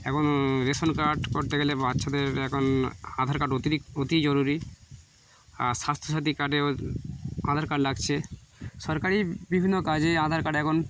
এখন ration card করতে গেলে বাচ্চাদের এখন আধার কার্ড অতিরিক অতিই জরুরি আর স্বাস্থ্যসাথী কার্ডেও আধার কার্ড লাগছে সরকারি বিভিন্ন কাজে আধার কার্ড এখন